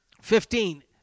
Fifteen